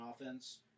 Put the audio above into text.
offense